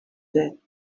that